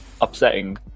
upsetting